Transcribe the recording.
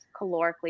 calorically